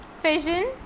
fission